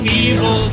evil